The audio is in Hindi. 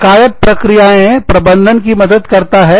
शिकायत प्रक्रियाएं प्रबंधन की मदद करता है